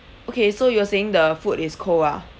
okay so you were saying the food is cold ah